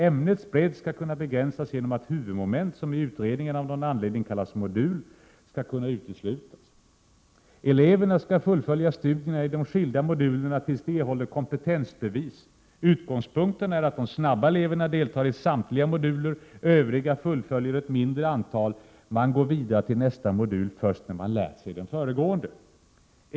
Ämnets bredd skall kunna begränsas genom att huvudmoment, som i utredningen av någon anledning kallas modul, skall kunna uteslutas. Eleverna skall fullfölja studierna i de skilda modulerna tills de erhåller kompetensbevis. Utgångspunkten är att de snabba eleverna deltar i samtliga moduler, övriga fullföljer ett mindre antal. Man går vidare 157 till nästa modul först när man lärt sig den föregående.